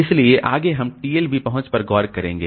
इसलिए आगे हम TLB पहुंच पर गौर करेंगे